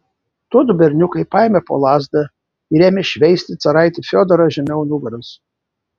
tuodu berniukai paėmė po lazdą ir ėmė šveisti caraitį fiodorą žemiau nugaros